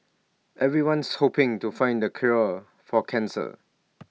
everyone's hoping to find the cure for cancer